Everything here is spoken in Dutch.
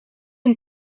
een